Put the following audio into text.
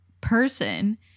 person